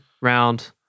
round